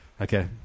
Okay